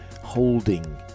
holding